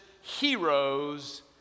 Heroes